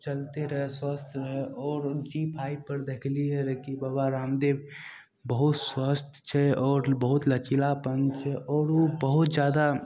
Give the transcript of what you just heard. चलिते रहै स्वस्थ रहै आओर जी फाइवपर देखलिए रहै कि बाबा रामदेव बहुत स्वस्थ छै आओर बहुत लचीलापन छै आओर ओ बहुत जादा